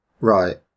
right